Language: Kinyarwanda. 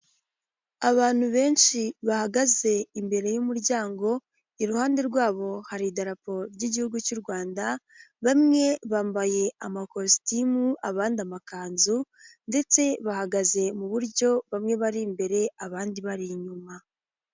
Abantu benshi bahagaze imbere y'umuryango, iruhande rwabo hari idarapo ry'igihugu cy'u Rwanda, bamwe bambaye amakositimu, abandi amakanzu, ndetse bahagaze mu buryo bamwe bari imbere, abandi bari inyuma.